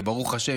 וברוך השם,